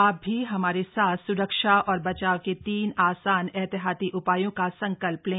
आप भी हमारे साथ सुरक्षा और बचाव के तीन आसान एहतियाती उपायों का संकल्प लें